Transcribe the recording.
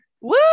Woo